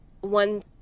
One